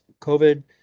COVID